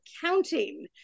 counting